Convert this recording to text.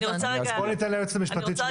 בואו ניתן ליועצת המשפטית של הוועדה.